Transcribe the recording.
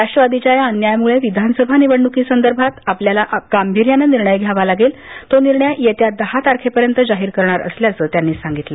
राष्ट्रवादीच्या या अन्यायामुळे विधानसभा निवडण्कीसंदर्भात आपल्याला गांभीर्यानं निर्णय घ्यावा लागेल तो निर्णय येत्या दहा तारखेपर्यंत जाहीर करणार असल्याचं त्यांनी सांगितलं